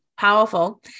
powerful